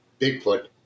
Bigfoot